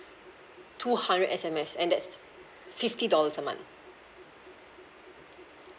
two hundred S_M_S and that's fifty dollars a month